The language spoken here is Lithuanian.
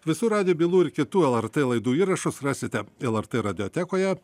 visų radijo bylų ir kitų lrt laidų įrašus rasite lrt radiotekoje